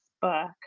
book